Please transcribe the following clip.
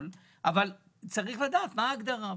צריך לדעת מה ההגדרה.